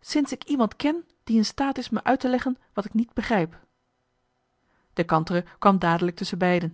sinds ik iemand ken die in staat is me uit te leggen wat ik niet begrijp de kantere kwam dadelijk tusschenbeide